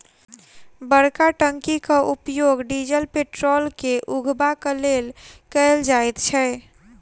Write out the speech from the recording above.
बड़का टंकीक उपयोग डीजल पेट्रोल के उघबाक लेल कयल जाइत छै